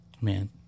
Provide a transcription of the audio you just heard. man